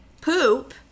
poop